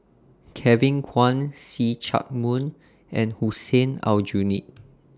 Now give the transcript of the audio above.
Kevin Kwan See Chak Mun and Hussein Aljunied